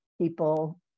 people